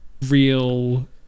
real